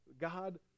God